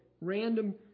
random